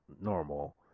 normal